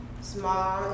Small